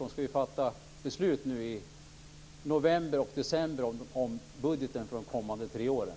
De ska fatta beslut nu i november och december om budgeten för de kommande tre åren.